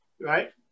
right